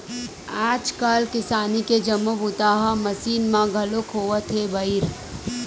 आजकाल किसानी के जम्मो बूता ह मसीन म घलोक होवत हे बइर